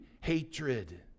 hatred